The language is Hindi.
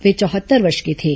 वे चौहत्तर वर्ष के थे